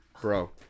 Bro